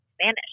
Spanish